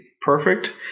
perfect